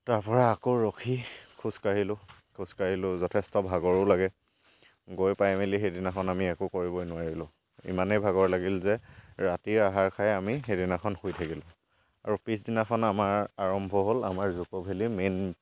তাৰপৰা আকৌ ৰখি খোজকাঢ়িলোঁ খোজকাঢ়িলোঁ যথেষ্ট ভাগৰো লাগে গৈ পাই মেলি সেইদিনাখন আমি একো কৰিবই নোৱাৰিলোঁ ইমানেই ভাগৰ লাগিল যে ৰাতি আহাৰ খাই আমি সেইদিনাখন শুই থাকিলোঁ আৰু পিছদিনাখন আমাৰ আৰম্ভ হ'ল আমাৰ জুকো ভেলিৰ মেইন